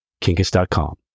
Kinkus.com